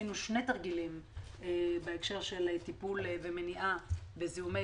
עשינו שני תרגילים בהקשר של טיפול ומניעה בזיהומי